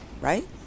right